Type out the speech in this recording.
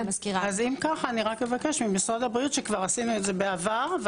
אם כך אבקש ממשרד הבריאות שכבר עשינו את זה בעבר,